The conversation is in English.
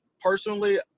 Personally